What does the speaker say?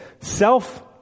self